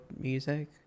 music